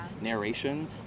narration